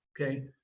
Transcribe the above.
Okay